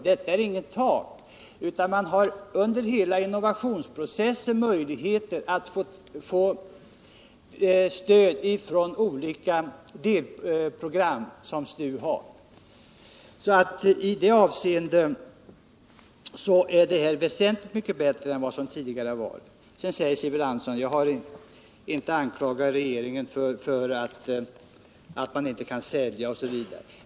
Men detta är inget tak, utan man har under hela innovationsprocessen möjlighet att få stöd från olika delprogram som STU har. I det avseendet är det väsentligt mycket bättre än det varit tidigare. Sedan sade Sivert Andersson att han inte har anklagat regeringen för att man inte kan sälja osv.